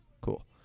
Cool